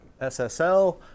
SSL